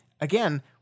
again